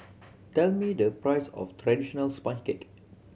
tell me the price of traditional sponge cake